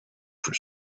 for